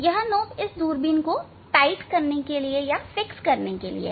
यह नॉब इस दूरबीन को टाइट करने के लिए है